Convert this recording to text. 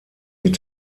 mit